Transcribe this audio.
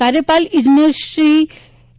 કાર્યપાલક ઇજનરશ્રી કે